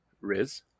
Riz